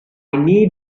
need